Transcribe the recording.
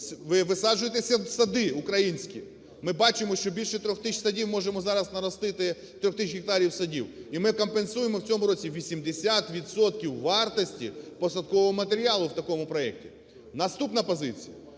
Висаджуйте сади українські. Ми бачимо, що більше 3 тисяч садів можемо зараз наростити, 3 тисяч гектарів садів. І ми компенсуємо в цьому році 80 відсотків вартості посадкового матеріалу в такому проекті. Наступна позиція.